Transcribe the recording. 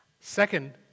Second